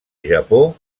japó